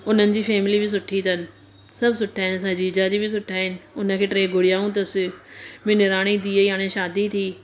हुननि जी फैमिली बि सुठी अथनि सभु सुठा आहिनि असांजा जीजाजी बि सुठा आहिनि हुनखे टे गुड़ियाऊं अथसि मुंहिंजी निणान जी धीउ जी हाणे शादी थी